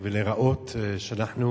להראות שאנחנו